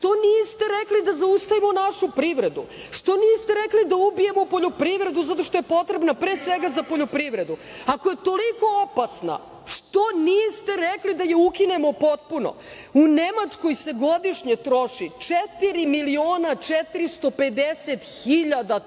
što niste rekli da zaustavimo našu privredu, što niste rekli da ubijemo poljoprivredu zato što je potrebna pre svega za poljoprivredu? Ako je toliko opasna, što niste rekli da je ukinemo potpuno?U Nemačkoj se godišnje troši 4.450.000 tona